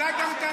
אולי גם תאמצו,